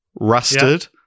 Rusted